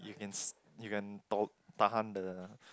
you can you can tol~ tahan the